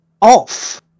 off